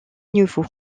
niveau